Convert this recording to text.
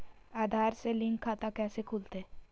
आधार से लिंक खाता कैसे खुलते?